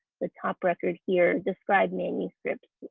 the top record here, describe manuscripts.